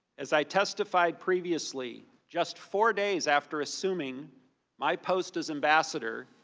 as i testified previously, just four days after assuming my post as ambassador,